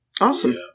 awesome